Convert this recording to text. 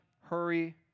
hurry